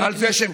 על זה,